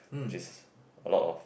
which is a lot of